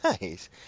nice